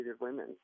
women